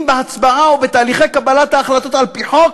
אם בהצבעה או בתהליכי קבלת ההחלטות על-פי חוק,